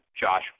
Josh